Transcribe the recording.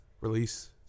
release